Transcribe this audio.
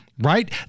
Right